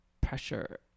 pressure